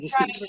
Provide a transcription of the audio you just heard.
Right